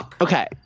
Okay